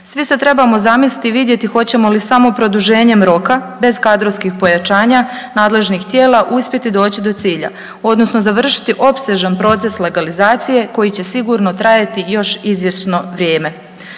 Svi se trebamo zamisliti i vidjeti hoćemo li samo produženjem roka bez kadrovskih pojačanja nadležnih tijela uspjeti doći do cilja odnosno završiti opsežan proces legalizacije koji će sigurno trajati još izvjesno vrijeme.